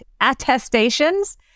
attestations